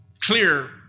clear